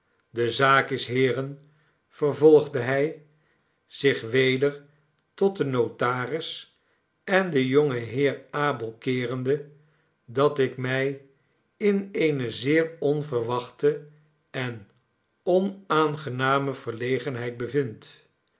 de zaak is heeren vervolgde hij zich weder tot den notaris en den jongen heer abel keerende dat ik mij ineene zeer onverwachte en onaangename verlegenheid bevind